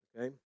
okay